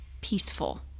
peaceful